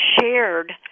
shared